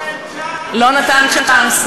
הוא לא נתן להם צ'אנס.